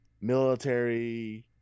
Military